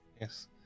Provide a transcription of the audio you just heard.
Yes